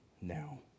now